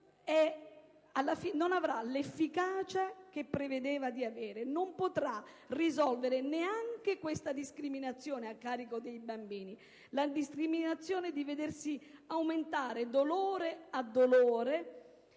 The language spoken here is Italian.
non avrà l'efficacia che si prevedeva potesse avere. Non potrà risolvere neanche questa discriminazione a carico dei bambini: quella di vedere aumentare dolore a dolore,